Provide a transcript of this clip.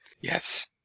Yes